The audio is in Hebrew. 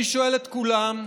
אני שואל את כולם: